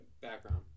Background